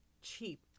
cheap